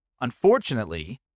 unfortunately